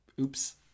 Oops